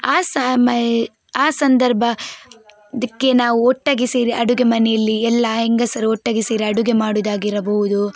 ಆ ಸಮಯ ಆ ಸಂದರ್ಭ ದಿಕ್ಕೆ ನಾವು ಒಟ್ಟಾಗಿ ಸೇರಿ ಅಡುಗೆ ಮನೆಯಲ್ಲಿ ಎಲ್ಲಾ ಹೆಂಗಸರು ಒಟ್ಟಾಗಿ ಸೇರಿ ಅಡುಗೆ ಮಾಡೋದಾಗಿರಬೋದು